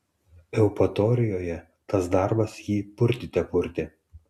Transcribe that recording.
eupatorijoje tas darbas jį purtyte purtė